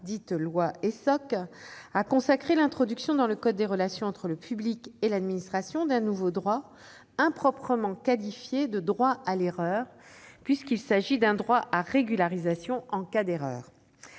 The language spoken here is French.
dite « loi Essoc », a consacré l'introduction dans le code des relations entre le public et l'administration d'un nouveau droit, improprement qualifié de « droit à l'erreur », puisqu'il s'agit d'un droit à régularisation en cas d'erreur.